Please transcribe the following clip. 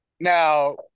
Now